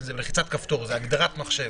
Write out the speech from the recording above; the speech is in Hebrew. זה בלחיצת כפתור, זה הגדרת מחשב.